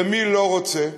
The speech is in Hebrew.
ומי לא רוצה?